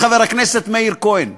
חבר הכנסת מאיר כהן.